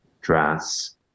dress